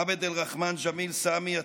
עבד אלרחמן ג'מיל סאמי עת'אמנה,